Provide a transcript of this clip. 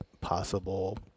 possible